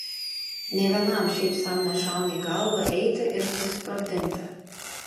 nė vienam šiaip sau nešauna į galvą eiti ir susisprogdinti